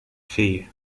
fee